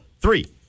Three